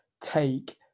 take